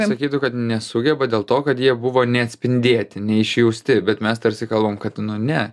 sakytų kad nesugeba dėl to kad jie buvo neatspindėti neišjausti bet mes tarsi kalbam kad nu ne